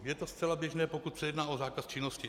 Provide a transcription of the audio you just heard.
Je to zcela běžné, pokud se jedná o zákaz činnosti.